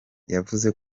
yavuze